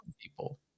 people